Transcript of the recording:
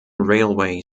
railway